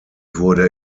wurde